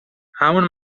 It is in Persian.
همون